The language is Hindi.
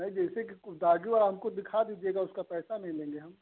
नहीं जैसे कि कुछ दागी आपको दिखा भी देगा उसका पैसा नहीं लेंगे हम